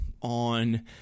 on